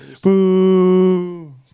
Boo